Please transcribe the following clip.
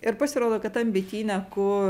ir pasirodo kad tam bityne kur